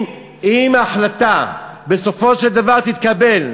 אם ההחלטה בסופו של דבר תתקבל,